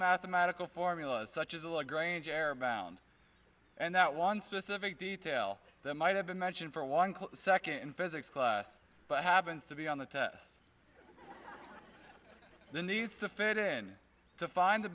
mathematical formulas such as a log range error abound and that one specific detail that might have been mentioned for one second in physics class but happens to be on the tests there needs to fit in to find the